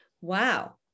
Wow